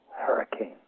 hurricane